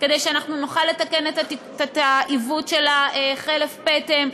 כדי שאנחנו נוכל לתקן את העיוות של החלף פטם,